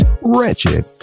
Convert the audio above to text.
wretched